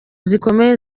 zikomeye